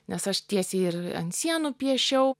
nes aš tiesiai ir ant sienų piešiau